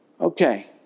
Okay